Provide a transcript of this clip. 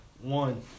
One